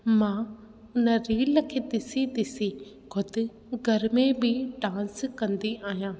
मां उन रील खे ॾिसी ॾिसी ख़ुदि घर में बि डांस कंदी आहियां